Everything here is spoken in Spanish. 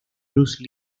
bruce